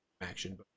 action